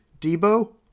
Debo